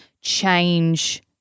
change